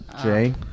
Jay